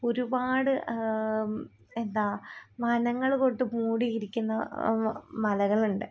ഒരുപാട് എന്താ വനങ്ങൾ കൊണ്ട് മൂടിയിരിക്കുന്ന മലകളുണ്ട്